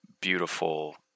beautiful